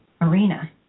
arena